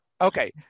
Okay